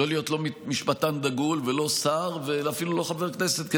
לא להיות משפטן דגול ולא שר ואפילו לא חבר כנסת,